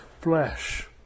flesh